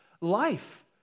life